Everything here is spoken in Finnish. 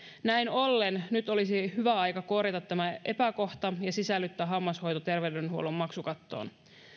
näin ollen nyt olisi hyvä aika korjata tämä epäkohta ja sisällyttää hammashoito terveydenhuollon maksukattoon